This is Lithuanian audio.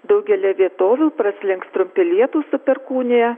daugelyje vietovių praslinks trumpi lietūs su perkūnija